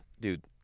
dude